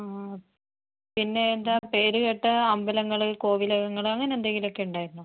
ആ പിന്നെ എന്താ പേര് കേട്ട അമ്പലങ്ങൾ കോവിലകങ്ങൾ അങ്ങനെ എന്തെങ്കിലുമൊക്കെ ഉണ്ടായിരുന്നോ